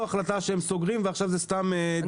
החלטה שהם סוגרים ועכשיו זה סתם דיבורים?